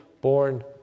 born